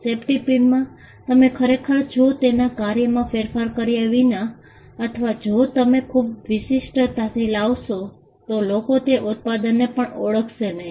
safety પિનમાં તમે ખરેખર જો તેના કાર્યમાં ફેરફાર કર્યા વિના અથવા જો તમે ખૂબ વિશિષ્ટતા લાવશો તો લોકો તે ઉત્પાદનને પણ ઓળખશે નહીં